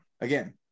again